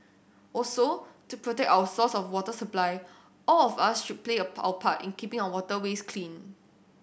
also to protect our source of water supply all of us should play our part in keeping our waterways clean